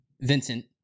Vincent